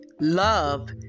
love